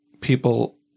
people